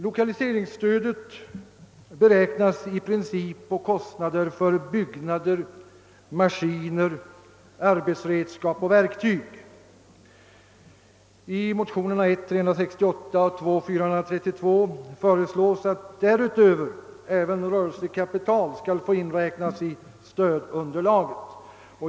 Lokaliseringsstödet beräknas i princip på kostnader för byggnader, maskiner, arbetsredskap och verktyg. I motionerna I:368 och II: 432 föreslås att därutöver även rörelsekapital skall få inräknas i stödunderlaget.